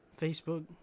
Facebook